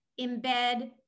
embed